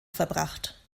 verbracht